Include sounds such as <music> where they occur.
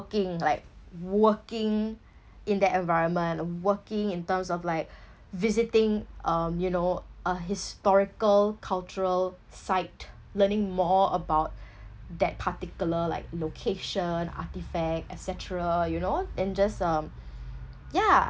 like working in the environment working in terms of like <breath> visiting um you know uh historical cultural site learning more about <breath> that particular like location artifact et cetera you know and just um yeah